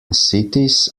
cities